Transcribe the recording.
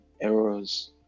errors